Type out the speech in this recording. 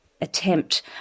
attempt